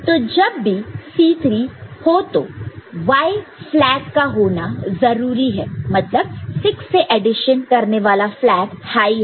तो जब भी C3 हो तो Y फ्लैग का होना जरूरी है मतलब 6 से एडिशन करने वाला फ्लैग हाई है